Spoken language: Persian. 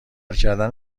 کردن